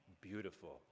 beautiful